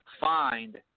find